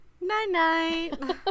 Night-night